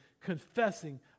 confessing